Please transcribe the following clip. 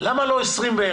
למה לא 21?